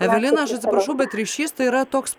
evelina aš atsiprašau bet ryšys tai yra toks